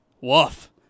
Woof